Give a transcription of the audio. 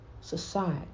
society